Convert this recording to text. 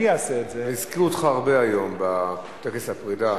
או גוף או בית שאין בו ביקורת עלול להיסחף ולהידרדר.